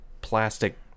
plastic